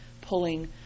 pulling